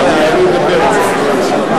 הסדרנים שם,